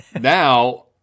Now